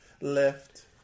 Left